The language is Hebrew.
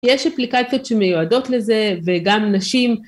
יש אפליקציות שמיועדות לזה וגם נשים.